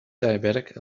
diabetic